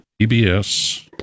pbs